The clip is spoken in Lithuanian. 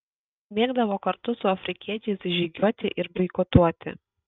mėgdavo kartu su afrikiečiais žygiuoti ir boikotuoti